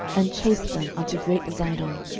and chased them unto great zidon,